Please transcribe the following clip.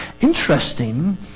Interesting